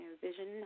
vision